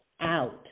out